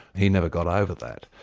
he never got over that.